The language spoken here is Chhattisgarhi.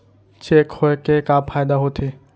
चेक होए के का फाइदा होथे?